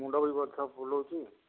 ମୁଣ୍ଡ ବି ବଥା ବୁଲଉଛି